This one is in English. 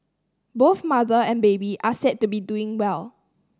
both mother and baby are said to be doing well